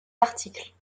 articles